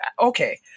Okay